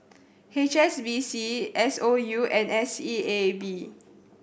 H S B C S O U and S E A B